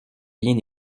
bien